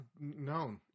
known